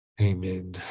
Amen